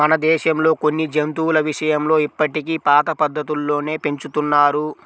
మన దేశంలో కొన్ని జంతువుల విషయంలో ఇప్పటికీ పాత పద్ధతుల్లోనే పెంచుతున్నారు